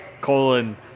colon